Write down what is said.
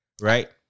right